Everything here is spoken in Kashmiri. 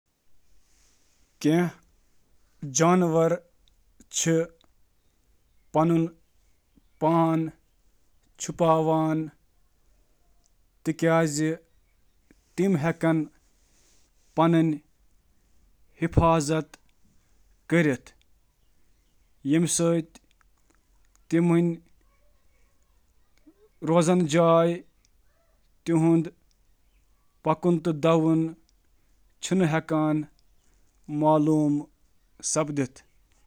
جانور چھِ شِکارین نِش ژوٗرِ روزنہٕ خٲطرٕ، شِکار کرنہٕ تہٕ انسانن نِش بچنہٕ خٲطرٕ چھپنہٕ ہُنٛد استعمال کران۔ تم چِھ مختلف طریقن ہنٛد استعمال کران، یتھ منٛز شٲمل چِھ: پس منظرک مماثلت، خلل تراون وأل رنگ، رنگ تبدیل کرُن تہٕ باقی۔